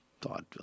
thought